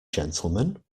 gentlemen